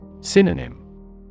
Synonym